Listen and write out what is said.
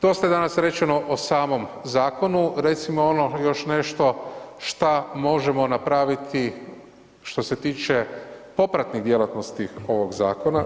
Dosta je danas rečeno o samom zakonu, recimo ono još nešto šta možemo napraviti što se tiče popratnih djelatnosti ovog zakona.